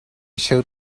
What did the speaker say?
showed